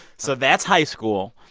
so that's high school.